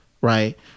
right